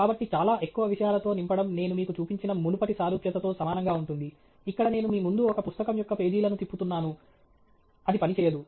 కాబట్టి చాలా ఎక్కువ విషయాలతో నింపడం నేను మీకు చూపించిన మునుపటి సారూప్యతతో సమానంగా ఉంటుంది ఇక్కడ నేను మీ ముందు ఒక పుస్తకం యొక్క పేజీలను తిప్పుతున్నాను అది పనిచేయదు